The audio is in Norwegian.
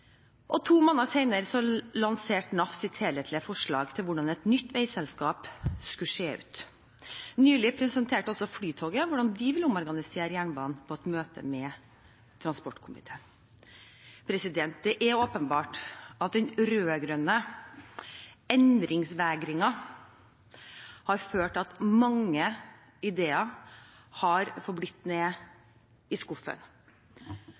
prosjektfinansiering. To måneder senere lanserte NAF sitt helhetlige forslag til hvordan et nytt veiselskap skulle se ut. Nylig presenterte også Flytoget hvordan de ville omorganisere jernbanen, på et møte med transportkomiteen. Det er åpenbart at den rød-grønne endringsvegringen har ført til at mange ideer har forblitt nede i skuffen,